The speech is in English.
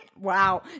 Wow